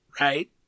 Right